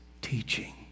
teaching